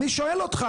אני שואל אותך,